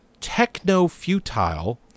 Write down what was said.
techno-futile